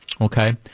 Okay